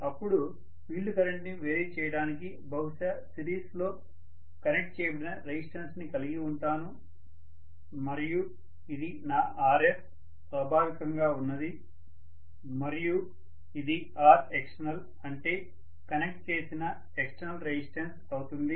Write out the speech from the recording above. అపుడు ఫీల్డ్ కరెంటుని వేరీ చేయడానికి బహుశా సిరీస్ లో కనెక్ట్ చేయబడిన రెసిస్టెన్స్ ని కలిగి ఉంటాను మరియు ఇది నా Rf స్వాభావికంగా ఉన్నది మరియు ఇది Rext అంటే కనెక్ట్ చేసిన ఎక్స్టర్నల్ రెసిస్టెన్స్ అవుతుంది